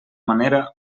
manera